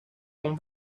con